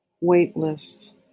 weightless